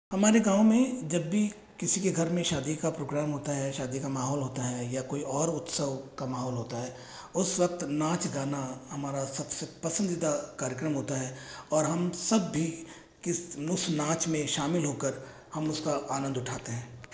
हमारे गाँव में जब भी किसी के घर में शादी का प्रोग्राम होता है शादी का माहौल होता है या कोई और उत्सव का माहौल होता है उस वक्त नाच गाना हमारा सब से पसंदीदा कार्यक्रम होता है और हम सब भी किस उस नाच में शामिल हो कर हम उस का आनंद उठाते हैं